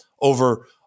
over